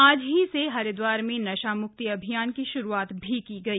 आज ही से हरिद्वार में नशा मुक्ति अभियान की श्रुआत भी की गई